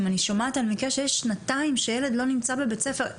אם אני שומעת על מקרה שיש שנתיים שילד לא נמצא בבית הספר,